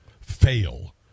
fail